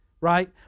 right